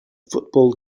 football